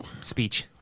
speech